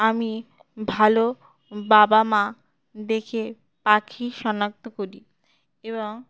আমি ভালো বাবা মা দেখে পাখি শনাক্ত করি এবং